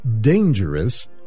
dangerous